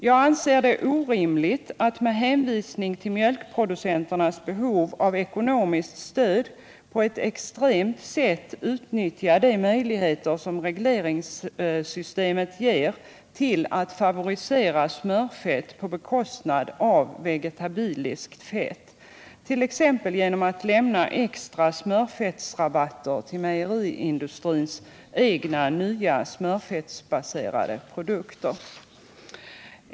Jag anser det orimligt att man med hänvisning till mjölkproducenternas behov av ekonomiskt stöd på ett extremt sätt utnyttjar de möjligheter som regleringssystemet ger till att favorisera smörfett på bekostnad av vegetabiliskt fett, t.ex. genom att lämna extra smörfettsrabatter till mejeriindustrins egna nya smörfettsbaserade produkter.